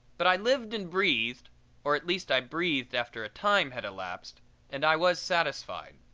but i lived and breathed or at least i breathed after a time had elapsed and i was satisfied.